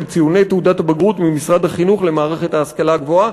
ציוני תעודת הבגרות ממשרד החינוך למערכת ההשכלה הגבוהה.